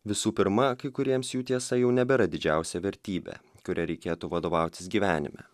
visų pirma kai kuriems jų tiesa jau nebėra didžiausia vertybė kuria reikėtų vadovautis gyvenime